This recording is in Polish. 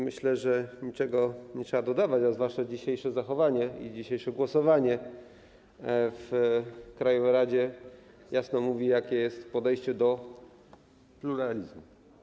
Myślę, że niczego nie trzeba dodawać, a zwłaszcza dzisiejsze zachowanie i dzisiejsze głosowanie w krajowej radzie jasno mówią, jakie jest podejście do pluralizmu.